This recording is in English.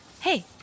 Hey